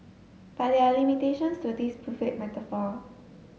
but there are limitations to this buffet metaphor